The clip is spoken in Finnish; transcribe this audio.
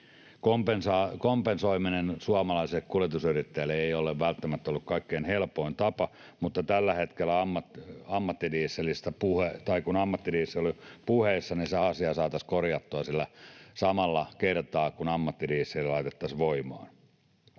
kompensoiminen suomalaisille kuljetusyrittäjille. Se ei ole välttämättä ollut kaikkein helpoin tapa, mutta kun ammattidiesel oli puheissa, niin se asia saataisiin korjattua sillä samalla kertaa, kun ammattidiesel laitettaisiin voimaan.